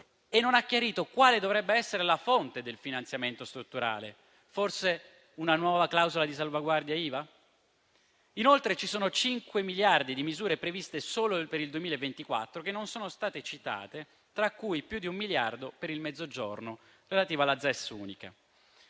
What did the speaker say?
e non ha chiarito quale dovrebbe essere la fonte del finanziamento strutturale. Forse una nuova clausola di salvaguardia IVA? Inoltre, ci sono 5 miliardi di misure previste solo per il 2024 che non sono state citate, tra cui più di un miliardo per il Mezzogiorno relativo alla ZES unica.